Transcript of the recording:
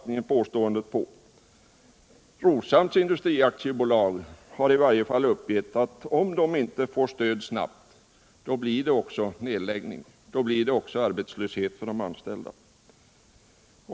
I varje fall Roshamns Industri AB har uppgett att det, om det inte snabbt får stöd, blir fråga om nedläggning och arbetslöshet för de anställda.